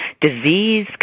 disease